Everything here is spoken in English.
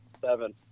Seven